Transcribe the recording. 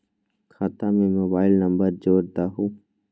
खाता में mobile number जोड़ दहु?